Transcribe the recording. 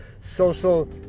social